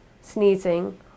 sneezing